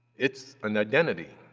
it's an identity.